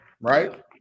right